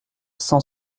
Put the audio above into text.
cent